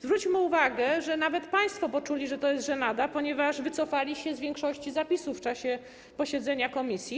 Zwróćmy uwagę, że nawet państwo poczuli, że to jest żenada, ponieważ wycofali się z większości zapisów w czasie posiedzenia komisji.